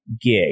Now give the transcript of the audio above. gig